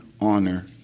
honor